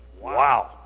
Wow